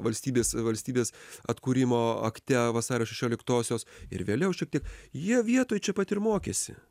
valstybės valstybės atkūrimo akte vasario šešioliktosios ir vėliau šiek tiek jie vietoj čia pat ir mokėsi